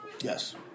Yes